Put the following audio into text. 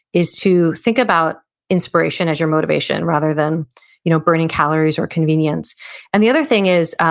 is to think about inspiration as your motivation, rather than you know burning calories or convenience and the other thing is